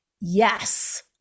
yes